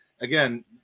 Again –